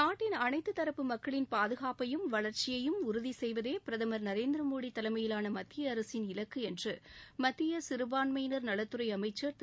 நாட்டின் அனைத்து தரப்பு மக்களின் பாதுகாப்பையும் வளர்ச்சியையும் உறுதி செய்வதே பிரதமா் திரு நரேந்திரமோடி தலைமையிலான மத்திய அரசின் இலக்கு என்று மத்திய சிறுபான்மையினர் நலத்துறை அமைச்சர் திரு